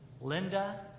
Linda